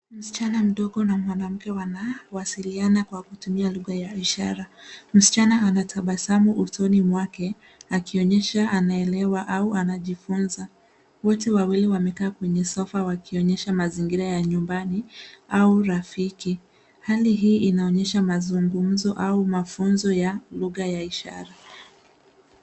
Msichana mdogo na mwanamke wanawasiliana kwa kutumia lugha ya ishara. Msichana anatabasamu usoni mwake akionyesha anaelewa au anajifunza. Wote wawili wamekaa kwenye sofa wakionyesha mazingira ya nyumbani au rafiki. Hali hii inaonyesha mazungumzo au mafunzo ya lugha ya ishara.